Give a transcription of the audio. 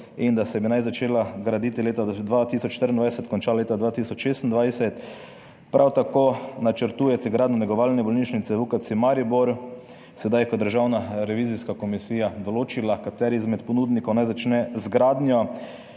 in da se bi naj začela graditi leta 2024, konča leta 2026. Prav tako načrtujete gradnjo negovalne bolnišnice v UKC Maribor. Sedaj, ko je državna revizijska komisija določila kateri izmed ponudnikov naj začne z gradnjo,